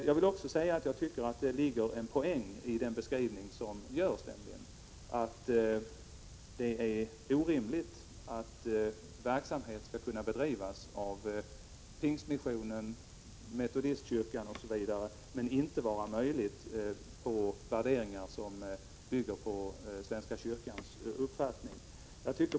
Jag tycker att det ligger en poäng i den beskrivning som görs här, att det är orimligt att verksamhet skall kunna bedrivas av pingstmissionen, metodistkyrkan osv., men inte av föreningar som bygger på svenska kyrkans uppfattning.